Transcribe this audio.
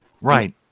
Right